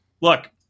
Look